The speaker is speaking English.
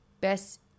best